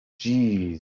Jeez